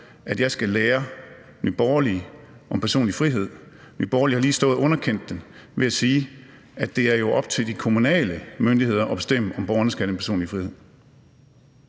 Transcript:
at jeg skal belære Nye Borgerlige om personlig frihed. Nye Borgerlige har lige stået og underkendt den ved at sige, at det er op til de kommunale myndigheder at bestemme, om borgerne skal have den personlige frihed.